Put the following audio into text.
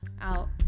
out